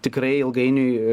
tikrai ilgainiui